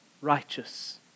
righteous